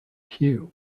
hugh